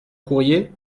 courrier